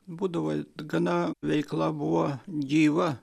būdavo gana veikla buvo gyva